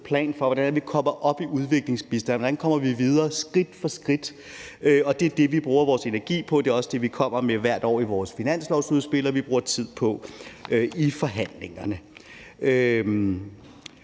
plan for, hvordan det er, vi kommer op i udviklingsbistand, og hvordan vi kommer videre skridt for skridt. Det er det, vi bruger vores energi på. Det er også det, vi kommer med hvert år i vores finanslovsudspil og bruger tid på i forhandlingerne.